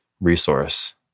resource